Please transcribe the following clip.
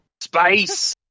space